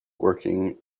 working